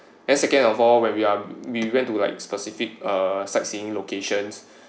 then second of all when we are we went to like specific uh sightseeing locations